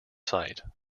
site